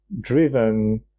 driven